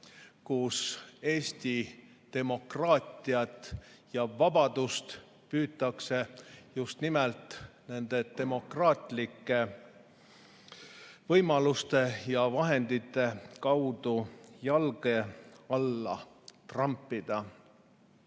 et Eesti demokraatiat ja vabadust püütakse just nimelt nende demokraatlike võimaluste ja vahendite kaudu jalge alla trampida.